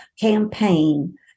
campaign